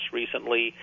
recently